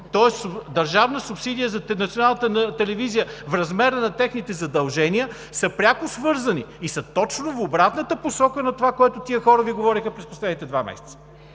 тоест държавна субсидия за Националната телевизия в размера на техните задължения, е пряко свързано и е точно в обратната посока на това, което тези хора Ви говореха през последните два месеца.